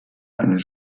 eine